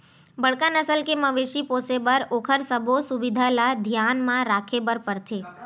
बड़का नसल के मवेशी पोसे बर ओखर सबो सुबिधा ल धियान म राखे बर परथे